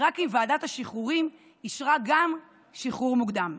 רק אם ועדת השחרורים אישרה גם שחרור מוקדם.